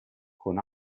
con